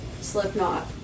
Slipknot